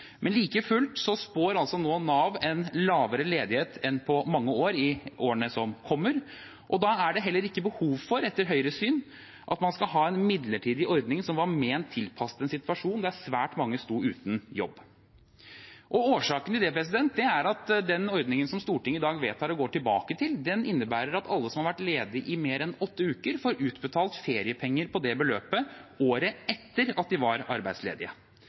Nav en lavere ledighet enn på mange år i årene som kommer, og da er det heller ikke behov for – etter Høyres syn – at man skal ha en midlertidig ordning som var ment å være tilpasset en situasjon der svært mange sto uten jobb. Årsaken til det er at den ordningen som Stortinget i dag vedtar, og går tilbake til, innebærer at alle som har vært ledige i mer enn åtte uker, får utbetalt feriepenger på det beløpet året etter at de var arbeidsledige.